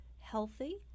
healthy